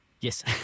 Yes